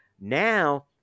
Now